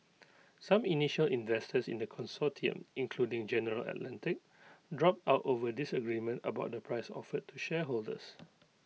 some initial investors in the consortium including general Atlantic dropped out over disagreement about the price offered to shareholders